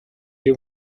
you